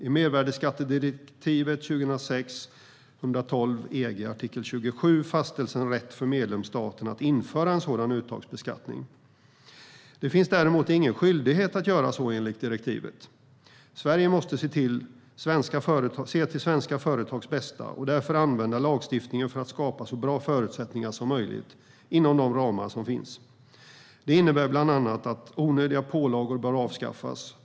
I mervärdesskattedirektivet - 2006 EG, artikel 27 - fastställs en rätt för medlemsstaterna att införa en sådan uttagsbeskattning. Det finns däremot ingen skyldighet att göra så enligt direktivet. Sverige måste se till svenska företags bästa och därför använda lagstiftningen för att skapa så bra förutsättningar som möjligt inom de ramar som finns. Det innebär bland annat att onödiga pålagor bör avskaffas.